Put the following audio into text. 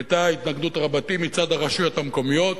היתה התנגדות רבתי מצד הרשויות המקומיות.